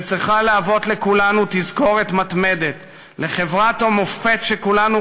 שצריכה להוות לכולנו תזכורת מתמדת לחברת המופת שכולנו